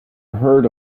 heard